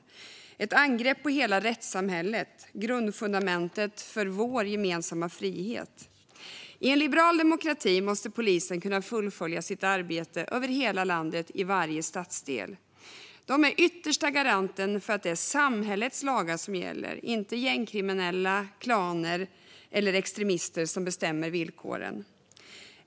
Det är ett angrepp på hela rättssamhället - grundfundamentet för vår gemensamma frihet. I en liberal demokrati måste polisen kunna fullfölja sitt arbete över hela landet, i varje stadsdel. De är den yttersta garanten för att det är samhällets lagar som gäller. Det är inte gängkriminella, klaner eller extremister som bestämmer villkoren.